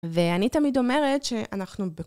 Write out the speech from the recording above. ואני תמיד אומרת שאנחנו...